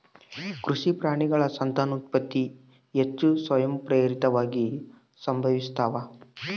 ಕೃಷಿ ಪ್ರಾಣಿಗಳ ಸಂತಾನೋತ್ಪತ್ತಿ ಹೆಚ್ಚು ಸ್ವಯಂಪ್ರೇರಿತವಾಗಿ ಸಂಭವಿಸ್ತಾವ